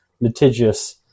litigious